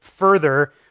Further